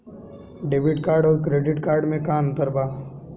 Debit card आउर credit card मे का अंतर बा?